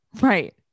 Right